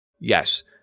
yes